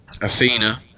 Athena